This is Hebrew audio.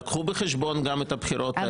לקחו בחשבון גם את הבחירות האלה,